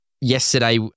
yesterday